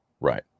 Right